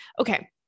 Okay